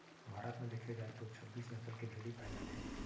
भारत म देखे जाए तो छब्बीस नसल के भेड़ी पाए जाथे